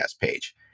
page